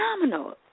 phenomenal